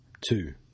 two